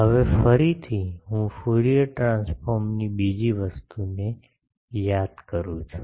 હવે ફરીથી હું ફ્યુરિયર ટ્રાન્સફોર્મની બીજી વસ્તુને યાદ કરું છું